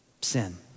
Sin